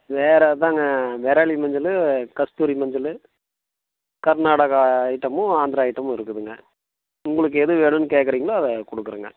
வேறு அதாங்க விரலி மஞ்சள் கஸ்தூரி மஞ்சள் கர்நாடகா ஐட்டமும் ஆந்திரா ஐட்டமும் இருக்குதுங்க உங்களுக்கு எது வேணும்ன்னு கேட்குறீங்களோ அதை கொடுக்குறோங்க